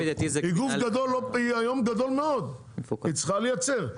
היום היא גוף גדול מאוד, היא צריכה לייצר.